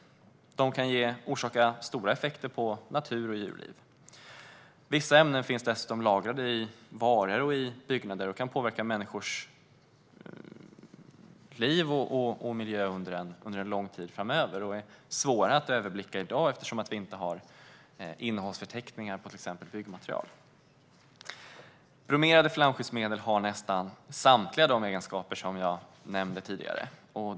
De kan orsaka stora effekter på natur och djurliv. Vissa ämnen finns dessutom lagrade i varor och i byggnader och kan påverka människors liv och miljö under en lång tid framöver och är svåra att överblicka i dag, eftersom vi inte har innehållsförteckningar på till exempel byggmaterial. Bromerade flamskyddsmedel har nästan samtliga de egenskaper som jag nämnde tidigare.